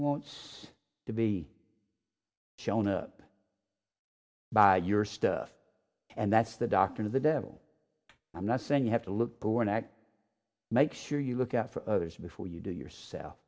wants to be shown up by your stuff and that's the doctrine of the devil i'm not saying you have to look poor and act make sure you look out for others before you do yourself